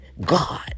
God